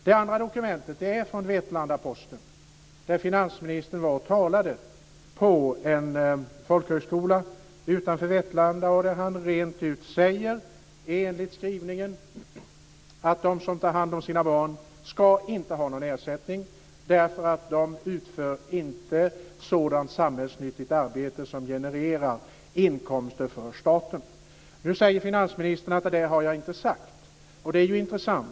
Det andra dokumentet är från Vetlanda-Posten och handlar om när finansministern var och talade på en folkhögskola utanför Vetlanda där han rent ut, enligt skrivningen, säger att de som tar hand om sina barn inte ska ha någon ersättning därför att de inte utför ett sådant samhällsnyttigt arbete som genererar inkomster för staten. Nu säger finansministern att han inte har sagt detta, vilket är intressant.